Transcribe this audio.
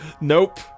Nope